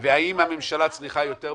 והאם הממשלה צריכה יותר מ-30,